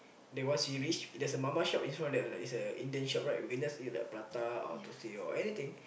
then once we reach there's a mama shop in front of that is a Indian shop right we just eat like prata or thosai or anything